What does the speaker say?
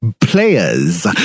players